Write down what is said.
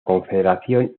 confederación